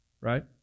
Right